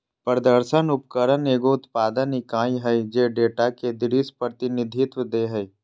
प्रदर्शन उपकरण एगो उत्पादन इकाई हइ जे डेटा के दृश्य प्रतिनिधित्व दे हइ